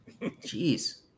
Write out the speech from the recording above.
Jeez